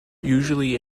usually